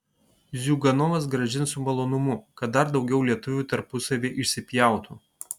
ziuganovas grąžins su malonumu kad dar daugiau lietuvių tarpusavyje išsipjautų